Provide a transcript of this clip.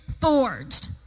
forged